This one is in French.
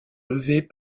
levés